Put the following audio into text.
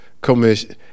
commission